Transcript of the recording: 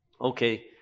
okay